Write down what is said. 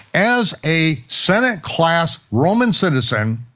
as a senate-class roman citizen,